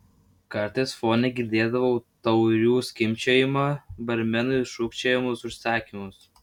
kartais fone girdėdavau taurių skimbčiojimą barmenui šūkčiojamus užsakymus